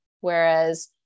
Whereas